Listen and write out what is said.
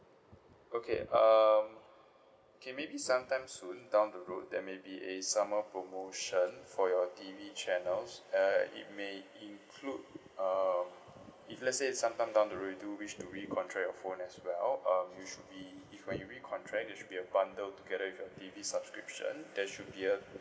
okay um K maybe some time soon down the road there may be a summer promotion for your T_V channels uh it may include um if let's say some time down the road you do wish to recontract your phone as well um it should be if when you recontract there should be a bundle together with your T_V subscription there should be a